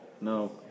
No